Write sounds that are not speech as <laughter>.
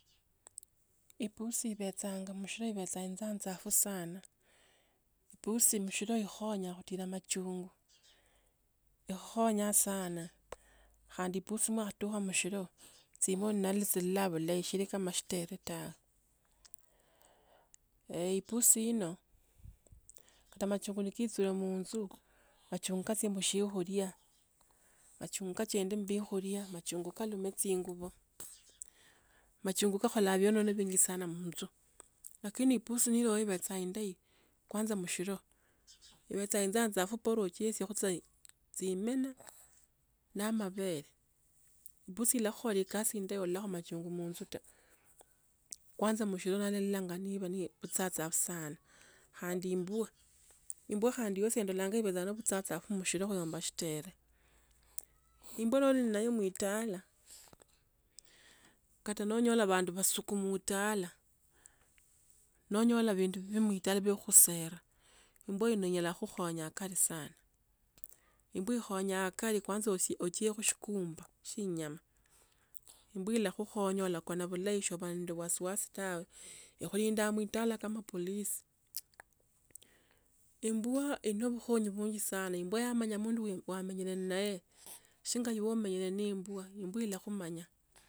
Ipusi ibhechanga mshlayi petsatsanga phu sana, ipusi mishoro ikhonya kutila machungu. ikhonya sana, khandi ipusi mwatukha msholo, tsipo nalisilapholeshirika mashtere tawe, <hesitation> eeh ipusi ino, kata machungu na kaechule munju, kachunga si msiokhulia, kachunga chende mbikhulia, machungu kalume chingubo. Machungu kakhola muonekano mwinji sana munju, lakini ipusi nelio ibhecha indayi, kwanza mshlo. Ibhecha enzanza khopore uchiwe tsekosai, chihimene na mabele. Ipusi ilakhukhola kazi indayi sola nyola machungu munju taa. Kwanza mshlo ni ilo ibhecha mshashafu sana. Khandi imbwa, imbwa khandi yesondolangai ibhecha mshashafu msilo kuliko mshetere. Imbwa noili nayo muitala, kata no onyola bhandu basuku muitala. Nonyola bindu bi muitala bwa kukhusera. Imbwa inonyala ikhonya akali sana. Imbwa ikhonya kali kwanza osie- usiekho shikumba shywa inyama. Imbwa ilakhukonya ukone bulayi so li nende wasiwasi tawe. Ikhulinda mu itala kama polisi. <hesitation> Imbwa ino bukhonyi mwingi sana, imbwa yamanya mundu yen- wamenyiren naee shingayuomeyeni imbua imbwa ila khumanya.